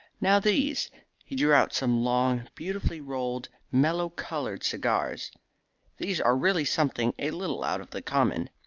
now these he drew out some long, beautifully-rolled, mellow-coloured cigars these are really something a little out of the common.